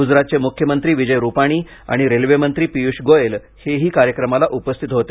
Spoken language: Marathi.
गुजरातचे मुख्यमंत्री विजय रुपाणी आणि रेल्वेमंत्री पीयूष गोयल हे ही कार्यक्रमाला उपस्थित होते